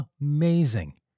Amazing